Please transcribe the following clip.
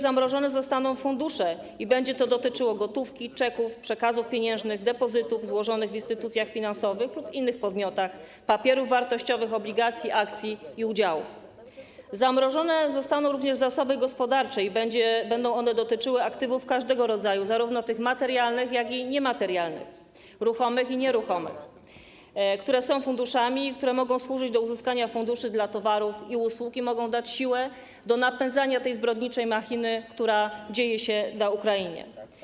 Zamrożone zostaną fundusze i będzie to dotyczyło gotówki, czeków, przekazów pieniężnych, depozytów złożonych w instytucjach finansowych lub innych podmiotach, papierów wartościowych, obligacji, akcji i udziałów, zamrożone zostaną również zasoby gospodarcze i będzie to dotyczyło aktywów każdego rodzaju, zarówno materialnych, jak i niematerialnych, ruchomych, nieruchomych, które są funduszami, które mogą służyć do uzyskania funduszy na towary i usługi i mogą dać siłę do napędzania tej zbrodniczej machiny, która funkcjonuje na Ukrainie.